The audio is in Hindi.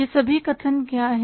ये सभी कथन क्या हैं